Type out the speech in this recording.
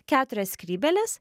keturias skrybėles